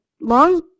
long